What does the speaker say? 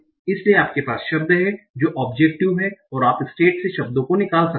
इसलिए आपके पास शब्द हैं जो ओब्जेक्टिव हैं और आप स्टेट्स से शब्दो को निकाल सकते हैं